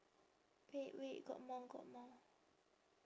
wait wait got more got more